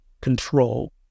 control